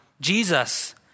Jesus